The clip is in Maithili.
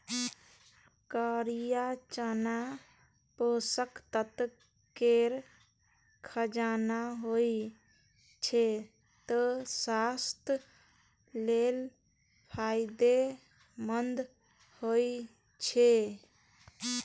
करिया चना पोषक तत्व केर खजाना होइ छै, तें स्वास्थ्य लेल फायदेमंद होइ छै